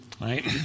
right